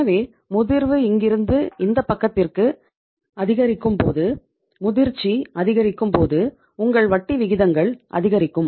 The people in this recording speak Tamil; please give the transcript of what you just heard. எனவே முதிர்வு இங்கிருந்து இந்த பக்கத்திற்கு அதிகரிக்கும் போது முதிர்ச்சி அதிகரிக்கும்போது உங்கள் வட்டி விகிதங்கள் அதிகரிக்கும்